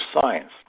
science